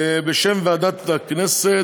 בשם ועדת הכנסת,